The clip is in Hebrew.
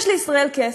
יש לישראל כסף: